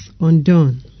undone